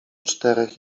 czterech